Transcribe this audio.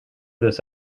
this